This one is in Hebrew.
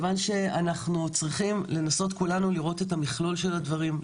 אנחנו צריכים לנסות לראות את מכלול הדברים,